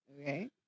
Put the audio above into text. Okay